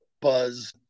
buzz